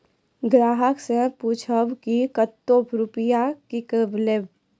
ग्राहक से पूछब की कतो रुपिया किकलेब?